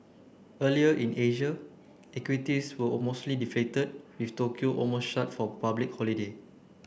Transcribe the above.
earlier in Asia equities were deflated with Tokyo almost shut for public holiday